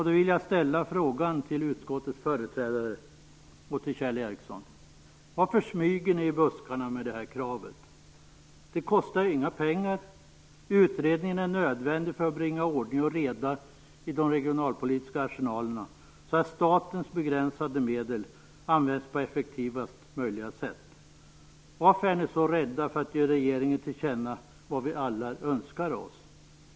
Då vill jag ställa frågan till utskottets företrädare och till Kjell Ericsson: Varför smyger ni i buskarna med detta krav? Det kostar inga pengar. Utredningen är nödvändig för att bringa ordning och reda i de regionalpolitiska arsenalerna så att statens begränsade medel används på effektivast möjliga sätt. Varför är ni så rädda att ge regeringen till känna vad vi alla önskar oss?